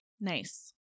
Nice